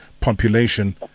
population